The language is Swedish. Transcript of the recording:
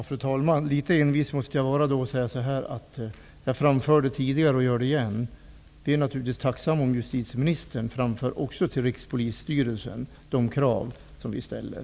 Fru talman! Jag måste dock vara litet envis. Jag framförde tidigare att jag naturligtvis är tacksam om justitieministern framför också till Rikspolisstyrelsen de krav som vi ställer.